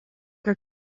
gur